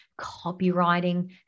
copywriting